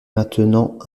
maintenant